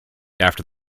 after